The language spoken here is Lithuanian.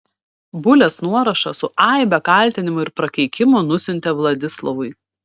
bulės nuorašą su aibe kaltinimų ir prakeikimų nusiuntė vladislovui